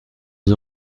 des